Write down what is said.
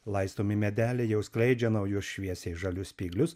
laistomi medeliai jau skleidžia naujus šviesiai žalius spyglius